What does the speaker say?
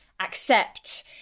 accept